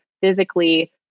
physically